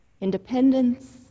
independence